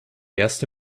erste